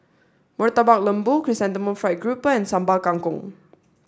Murtabak Lembu Chrysanthemum Fried Grouper and Sambal Kangkong